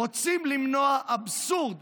רוצים למנוע אבסורד